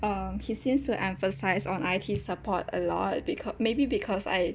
um he seems to emphasise on I_T support a lot becau~ maybe because I